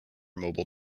mobile